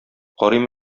карыйм